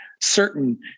certain